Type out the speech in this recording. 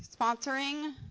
Sponsoring